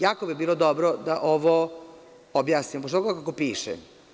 Jako bi bilo dobro da ovo objasnimo, baš kako piše.